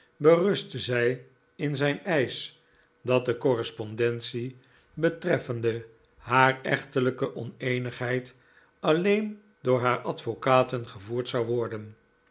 berustte zij in zijn eisch dat de correspondentie betreffende haar echtelijke oneenigheid alleen door haar advocaten gevoerd zou worden